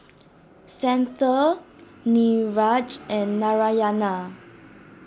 Santha Niraj and Narayana